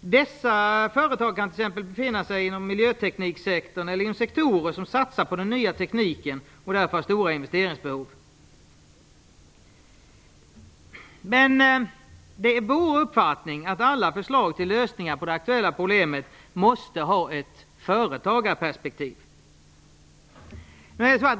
Dessa företag kan t.ex. befinna sig inom miljötekniksektorn eller inom sektorer som satsar på den nya tekniken och därför har stora investeringsbehov. Det är vår uppfattning att alla förslag till lösningar på det aktuella problemet måste ha ett företagarperspektiv.